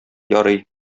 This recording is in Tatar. ярый